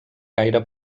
gaire